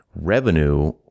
revenue